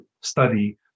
study